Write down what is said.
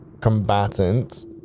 combatant